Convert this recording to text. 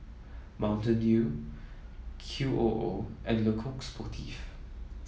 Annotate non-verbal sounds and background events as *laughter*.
Mountain Dew Q O O and *unintelligible* Coq Sportif